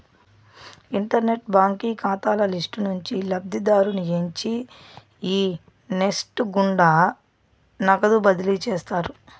internet బాంకీ కాతాల list నుంచి లబ్ధిదారుని ఎంచి ఈ నెస్ట్ గుండా నగదు బదిలీ చేస్తారు